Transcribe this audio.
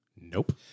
Nope